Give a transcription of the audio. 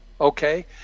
okay